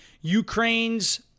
Ukraine's